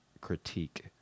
critique